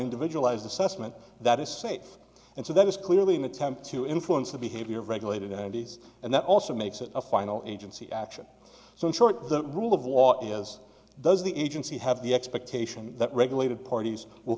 individualized assessment that is safe and so there is clearly an attempt to influence the behavior of regulated aunties and that also makes it a final agency action so short of the rule of law as does the agency have the expectation that regulated parties will